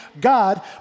God